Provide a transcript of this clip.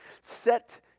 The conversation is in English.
set